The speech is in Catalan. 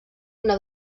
una